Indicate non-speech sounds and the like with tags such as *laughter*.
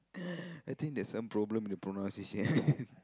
*laughs* I think there's some problem with pronunciation *laughs*